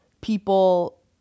people